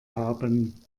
haben